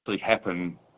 happen